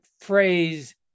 phrase